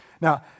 Now